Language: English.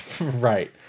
Right